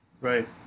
Right